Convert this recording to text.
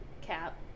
cap